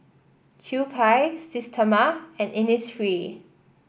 Kewpie Systema and Innisfree